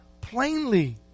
plainly